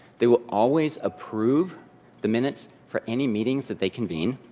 they will always approve the minutes for any meetings that they convene.